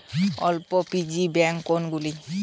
অল্প পুঁজি ব্যাঙ্ক কোনগুলি?